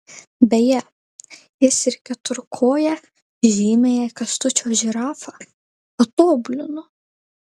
beje jis ir keturkoję žymiąją kęstučio žirafą patobulino